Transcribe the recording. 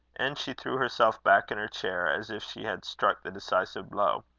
and she threw herself back in her chair, as if she had struck the decisive blow.